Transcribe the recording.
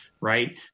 Right